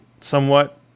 somewhat